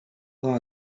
law